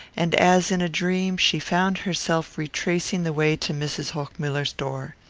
and as in a dream she found herself retracing the way to mrs. hochmuller's door.